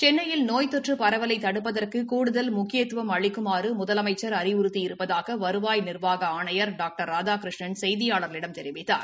சென்னையில் நோய் தொற்று பரவலை தடுப்பதற்கு கூடுதல் முக்கியத்துவம் அளிக்குமாறு முதலமைச்சா் அறிவுறுத்தி இருப்பதாக வருவாய் நிர்வாக ஆணையர் டாக்டர் ராதாகிருஷ்ணன் செய்தியாள்களிடம் தெரிவித்தார்